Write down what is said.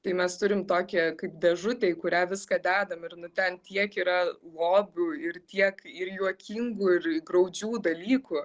tai mes turim tokią kaip dėžutę į kurią viską dedam ir nu ten tiek yra lobių ir tiek ir juokingų ir graudžių dalykų